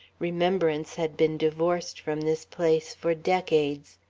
remembrance had been divorced from this place for decades.